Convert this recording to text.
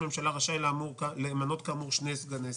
הממשלה רשאי למנות כאמור שני סגני שרים""